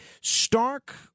stark